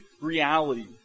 reality